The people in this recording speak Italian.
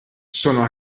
sono